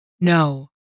No